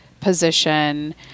position